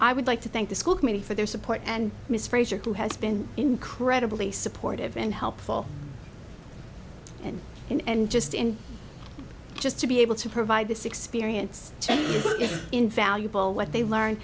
i would like to thank the school committee for their support and miss frazer who has been incredibly supportive and helpful and just in just to be able to provide this experience invaluable what they learn